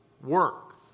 work